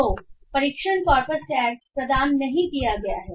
तो परीक्षण corpus tag प्रदान नहीं किया गया है